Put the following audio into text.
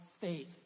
faith